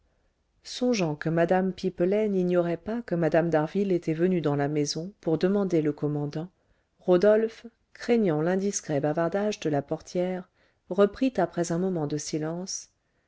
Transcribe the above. songeant que mme pipelet n'ignorait pas que mme d'harville était venue dans la maison pour demander le commandant rodolphe craignant l'indiscret bavardage de la portière reprit après un moment de silence